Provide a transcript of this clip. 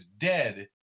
dead